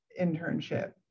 internship